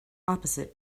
opposite